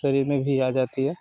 शरीर में भी आ जाती है